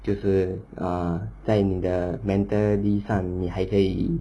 就是 err 在你的 mentality 上你还可以